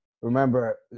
Remember